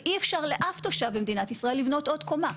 ואי אפשר לאף תושב במדינת ישראל לבנות עוד קומה,